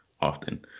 often